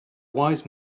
wise